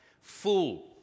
full